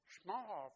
small